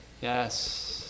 Yes